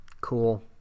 Cool